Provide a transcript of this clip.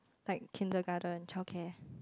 like kindergarten childcare